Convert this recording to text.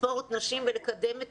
אם מנגנון התמיכות הוא כל כך טוב,